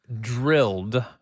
drilled